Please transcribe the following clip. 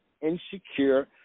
insecure